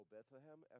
Bethlehem